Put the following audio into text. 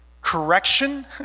Correction